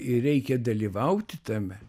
ir reikia dalyvauti tame